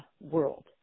World